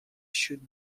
should